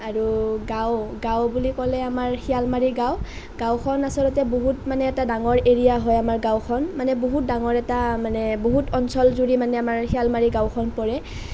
আৰু গাঁও গাঁও বুলি ক'লে আমাৰ শিয়ালমাৰী গাঁও গাঁওখন আচলতে বহুত মানে এটাৰ ডাঙৰ এৰিয়া হয় গাঁওখন মানে বহুত ডাঙৰ এটা মানে বহুত অঞ্চলজুৰি মানে বহুত অঞ্চলজুৰি আমাৰ শিয়ালমাৰী গাঁওখন পৰে